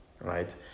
right